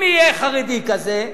אם יהיה חרדי כזה,